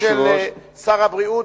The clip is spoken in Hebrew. שאל את שר הבריאות